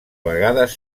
vegades